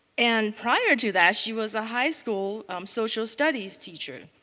and prior to that she was a high school social studies teacher.